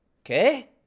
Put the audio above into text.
Okay